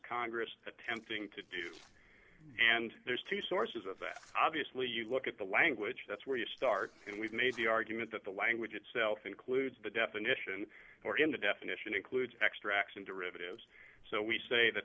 congress attempting to do and there's two sources of that obviously you look at the language that's where you start and we've made the argument that the language itself includes the definition in the definition includes extracts and derivatives so we say that